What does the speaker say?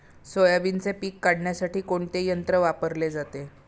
सोयाबीनचे पीक काढण्यासाठी कोणते यंत्र वापरले जाते?